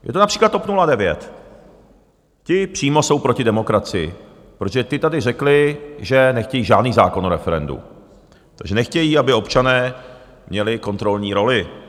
Je to například TOP 09, ti přímo jsou proti demokracii, protože ti tady řekli, že nechtějí žádný zákon o referendu, nechtějí, aby občané měli kontrolní roli.